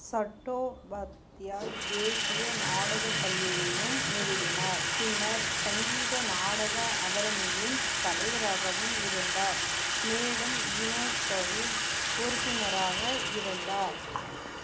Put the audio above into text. சட்டோபாத்யாய் தேசிய நாடகப் பள்ளியையும் நிறுவினார் பின்னர் சங்கீத நாடக அகாடமியின் தலைவராகவும் இருந்தார் மேலும் யுனோஸ்கோவின் உறுப்பினராக இருந்தார்